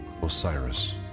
Osiris